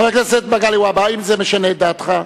חבר הכנסת מגלי והבה, האם זה משנה את דעתך?